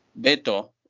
Beto